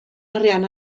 arian